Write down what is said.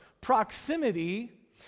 proximity